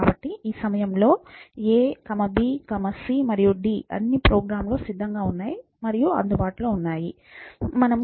కాబట్టి ఈ సమయంలో a b c మరియు d అన్నీ ప్రోగ్రామ్లో సిద్ధంగా ఉన్నాయి మరియు అందుబాటులో ఉన్నాయి